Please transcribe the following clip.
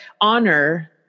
honor